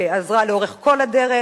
שעזרה לאורך כל הדרך.